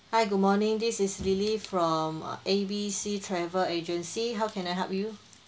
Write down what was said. hi good morning this is lily from ABC travel agency how can I help you